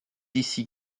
ici